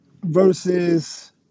versus